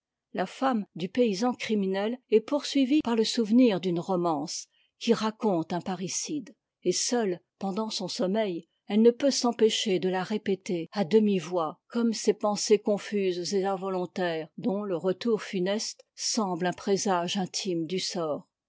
la femme du paysan criminel est poursuivie par le souvenir d'une romance qui raconte un parricide et seule pendant son sommeil elle ne peut s'empêcher de la répéter à demi-voix comme ces pensées confuses et involontaires dont le retour funeste semble un présage intime du sort